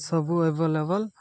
ସବୁ ଏଭଲେବଲ୍